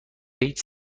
هیچ